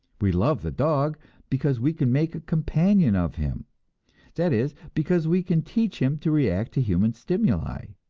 we love the dog because we can make a companion of him that is, because we can teach him to react to human stimuli.